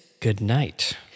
Goodnight